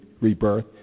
rebirth